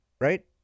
right